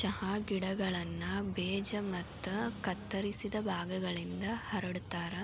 ಚಹಾ ಗಿಡಗಳನ್ನ ಬೇಜ ಮತ್ತ ಕತ್ತರಿಸಿದ ಭಾಗಗಳಿಂದ ಹರಡತಾರ,